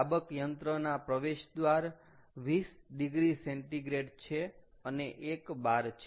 દાબક યંત્રના પ્રવેશ દ્વાર 20oC છે અને 1 bar છે